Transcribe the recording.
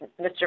Mr